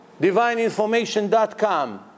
divineinformation.com